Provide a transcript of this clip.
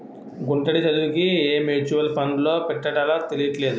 గుంటడి చదువుకి ఏ మ్యూచువల్ ఫండ్లో పద్దెట్టాలో తెలీట్లేదు